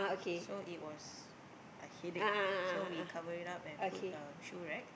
so it was a headache so we covered it up and put um shoe rack